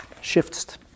shifts